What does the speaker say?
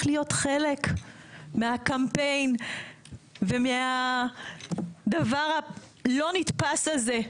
להיות חלק מהקמפיין ומהדבר הלא נתפס הזה,